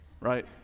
right